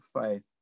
faith